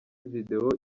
video